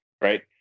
Right